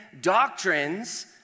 doctrines